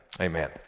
amen